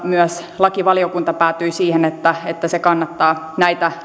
myös lakivaliokunta päätyi siihen että että se kannattaa näitä